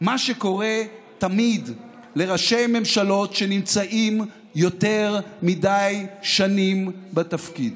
מה שקורה תמיד לראשי ממשלות שנמצאים יותר מדי שנים בתפקיד.